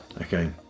okay